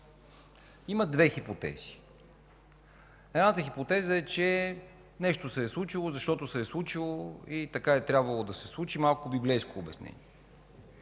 Има две хипотези. Едната хипотеза е, че нещо се е случило, защото се е случило и така е трябвало да се случи, малко библейско обяснение.